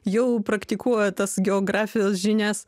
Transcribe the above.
jau praktikuoja tas geografijos žinias